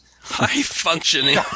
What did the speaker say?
High-functioning